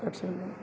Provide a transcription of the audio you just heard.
सभसँ निक